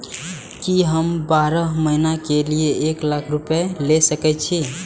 की हम बारह महीना के लिए एक लाख रूपया ले सके छी?